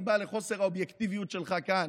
הסיבה לחוסר האובייקטיביות שלך כאן,